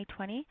2020